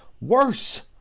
worse